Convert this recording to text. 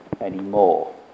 anymore